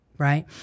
Right